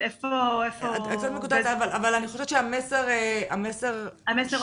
אבל אני חושבת שהמסר עבר.